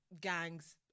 gangs